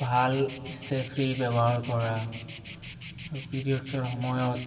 ভাল Stayfree ব্যৱহাৰ কৰা পিৰিয়ডচৰ সময়ত